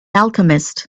alchemist